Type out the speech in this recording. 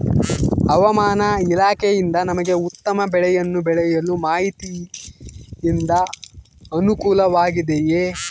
ಹವಮಾನ ಇಲಾಖೆಯಿಂದ ನಮಗೆ ಉತ್ತಮ ಬೆಳೆಯನ್ನು ಬೆಳೆಯಲು ಮಾಹಿತಿಯಿಂದ ಅನುಕೂಲವಾಗಿದೆಯೆ?